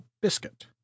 biscuit